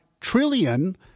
trillion